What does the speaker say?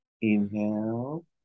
Inhale